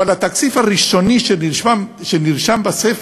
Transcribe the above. אבל התקציב הראשוני שנרשם בספר,